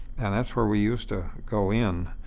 and that's where we used to go in.